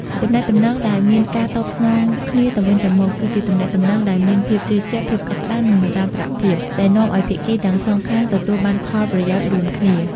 ទំនាក់ទំនងដែលមានការតបស្នងគ្នាទៅវិញទៅមក គឺជាទំនាក់ទំនងដែលមានភាពជឿជាក់ ភាពកក់ក្តៅ និងនិរន្តរភាព ដែលនាំឲ្យភាគីទាំងសងខាងទទួលបានផលប្រយោជន៍រួមគ្នា។